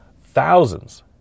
thousands